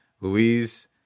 louise